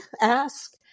ask